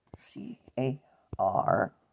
C-A-R